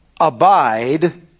Abide